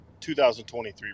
2023